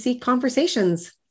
conversations